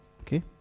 Okay